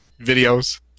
videos